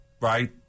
right